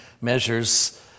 measures